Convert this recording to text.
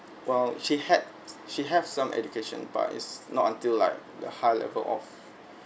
well she had she have some education but is not until like the high level of